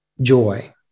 joy